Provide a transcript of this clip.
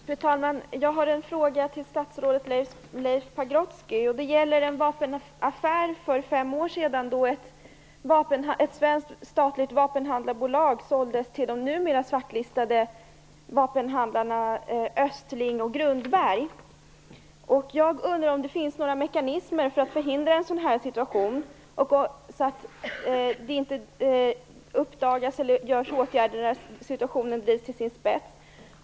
Fru talman! Jag har en fråga till statsrådet Leif Pagrotsky. Det gäller en vapenaffär för fem år sedan, då ett svenskt statligt vapenhandelsbolag såldes till de numera svartlistade vapenhandlarna Östling och Finns det några mekanismer för att förhindra en sådan här situation, dvs. att åtgärder inte vidtas förrän situationen drivits till sin spets?